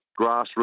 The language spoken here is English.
grassroots